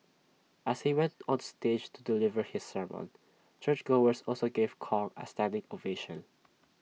as he went on stage to deliver his sermon churchgoers also gave Kong A standing ovation